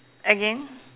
again